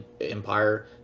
Empire